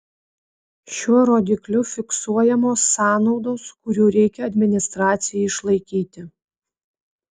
šiuo rodikliu fiksuojamos sąnaudos kurių reikia administracijai išlaikyti